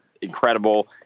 incredible